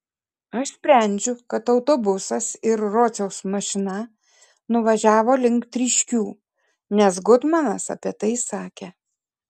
aš sprendžiu kad autobusas ir rociaus mašina nuvažiavo link tryškių nes gutmanas apie tai sakė